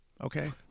okay